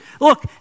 Look